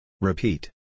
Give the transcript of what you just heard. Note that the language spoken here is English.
Repeat